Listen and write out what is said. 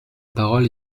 parole